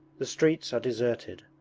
the streets are deserted.